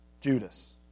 Judas